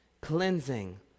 cleansing